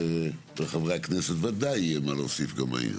ולחברי הכנסת ודאי יהיה מה להוסיף בעניין.